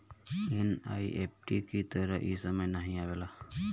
NEFT की तरह इ समय नाहीं लेवला